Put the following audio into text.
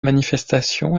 manifestation